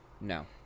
No